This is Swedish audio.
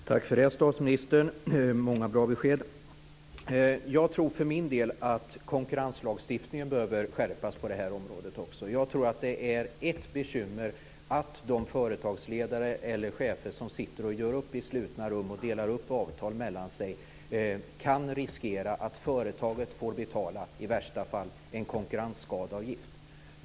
Fru talman! Tack för det, statsministern. Det var många bra besked. Jag tror för min del att konkurrenslagstiftningen behöver skärpas på det här området. Det är ett bekymmer att de företagsledare eller chefer som gör upp i slutna rum och delar upp avtalen mellan sig riskerar att företagen i värsta fall får betala en konkurrensskadeavgift.